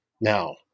Now